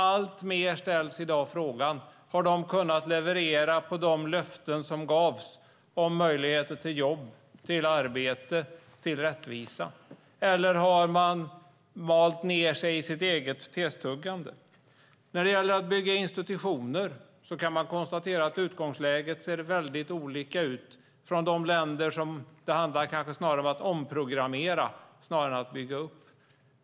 Alltmer ställs i dag frågan: Har de kunnat leverera på de löften som gavs om möjligheter till arbete och rättvisa, eller har de malt ned sig i sitt eget testuggande? När det gäller att bygga institutioner kan man konstatera att utgångsläget ser väldigt olika ut i länderna. Det handlar om att omprogrammera snarare än att bygga upp.